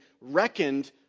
reckoned